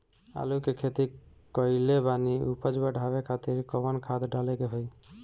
आलू के खेती कइले बानी उपज बढ़ावे खातिर कवन खाद डाले के होई?